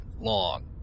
long